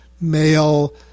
male